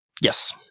yes